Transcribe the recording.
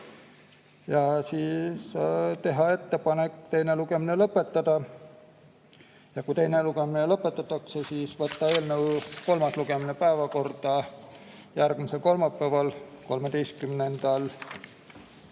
suunata. Teha ettepanek teine lugemine lõpetada ja kui teine lugemine lõpetatakse, siis võtta eelnõu kolmas lugemine päevakorda järgmisel kolmapäeval, 13.